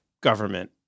government